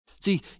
See